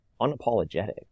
unapologetic